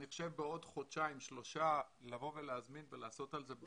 אני חושב שבעוד חודשיים-שלושה לבוא ולהזמין ולעשות על זה בדיקת מעקב.